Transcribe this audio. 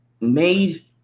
made